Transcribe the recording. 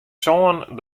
sânen